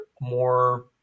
more